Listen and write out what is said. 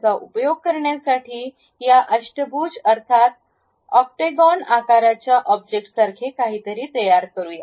याचा उपयोग करण्यासाठी या अष्टभुज अर्थात ओकटॅगोन आकाराच्या ऑब्जेक्टसारखे काहीतरी तयार करू